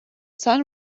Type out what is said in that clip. sun